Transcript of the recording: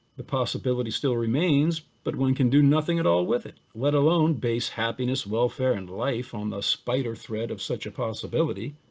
the possibility still remains but one can do nothing at all with it, let alone base happens, welfare, and life on the spider thread of such a possibility.